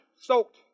soaked